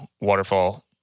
waterfall